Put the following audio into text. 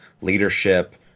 leadership